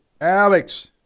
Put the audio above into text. Alex